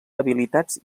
habilitats